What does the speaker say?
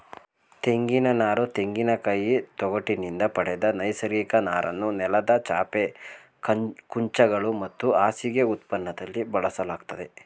ತೆಂಗಿನನಾರು ತೆಂಗಿನಕಾಯಿ ತೊಗಟಿನಿಂದ ಪಡೆದ ನೈಸರ್ಗಿಕ ನಾರನ್ನು ನೆಲದ ಚಾಪೆ ಕುಂಚಗಳು ಮತ್ತು ಹಾಸಿಗೆ ಉತ್ಪನ್ನದಲ್ಲಿ ಬಳಸಲಾಗ್ತದೆ